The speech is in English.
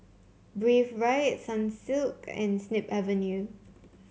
Breathe Right Sunsilk and Snip Avenue